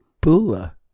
Bula